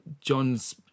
John's